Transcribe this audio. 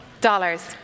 Dollars